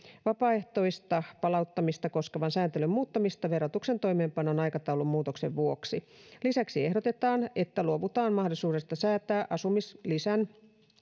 vapaaehtoista palauttamista koskevan sääntelyn muuttamista verotuksen toimeenpanon aikataulumuutoksen vuoksi lisäksi ehdotetaan että luovutaan mahdollisuudesta säätää asumislisän